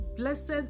Blessed